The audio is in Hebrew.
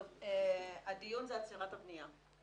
טוב, הדיון זה עצירת הבניה.